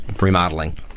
remodeling